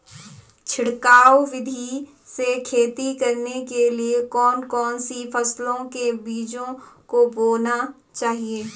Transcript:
छिड़काव विधि से खेती करने के लिए कौन कौन सी फसलों के बीजों को बोना चाहिए?